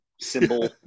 symbol